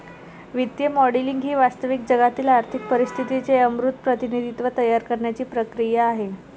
वित्तीय मॉडेलिंग ही वास्तविक जगातील आर्थिक परिस्थितीचे अमूर्त प्रतिनिधित्व तयार करण्याची क्रिया आहे